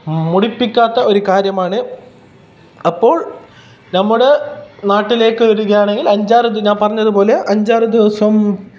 മുടിപ്പിക്കാത്ത ഒരു കാര്യമാണ് അപ്പോൾ നമ്മുടെ നാട്ടിലേക്ക് വരുകയാണെങ്കിൽ അഞ്ച് ആറ് ദിവസം ഞാൻ പറഞ്ഞതുപോലെ അഞ്ച് ആറ് ദിവസം